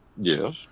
Yes